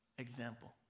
example